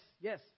yes